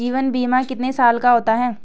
जीवन बीमा कितने साल का होता है?